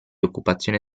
occupazione